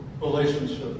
relationship